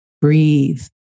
Breathe